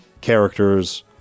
characters